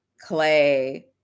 Clay